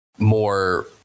More